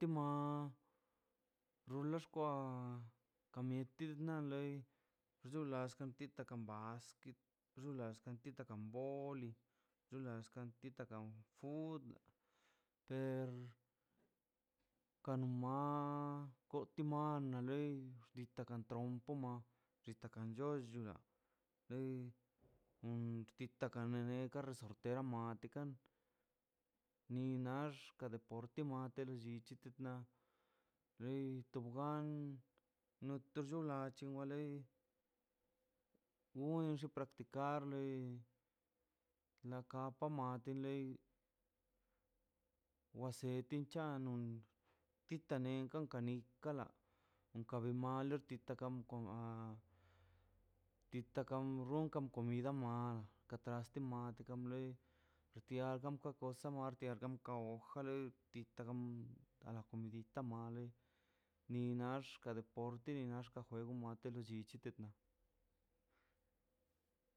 Tima rule xkwa ka mieti na kan loi xualoi tikatan la mastik xulas tantita kan lo oli dolanrska tatita kan fut per kanun ma cotimanale chuna lei xtita kana ne tika kanesu tera matikan ni nax ka deporte ma te lollichi ne lei tobogan noterlo chgan wa lei winxo practicar la kapa ma te loi wa setin cha ka nun titanekan nikan kala kon ka bel mari titan tekan tea tita kam runkan comida ma ka traste ma dga kam loi xtial kwalkier cosa tina kamkarp an titita male ni nax ka deporte ni nax juego matele llichi tekma